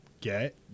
get